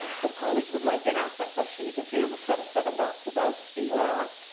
some colleagues of mine did ask that question. you can see there's a set of seven dots above the auroch.